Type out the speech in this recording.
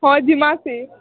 ହଉ ଯିମା ସେ